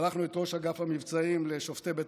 שלחנו את ראש אגף המבצעים לשופטי בית